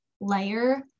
layer